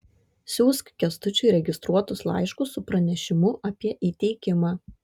siųsk kęstučiui registruotus laiškus su pranešimu apie įteikimą